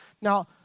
Now